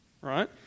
right